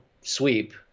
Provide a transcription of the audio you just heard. sweep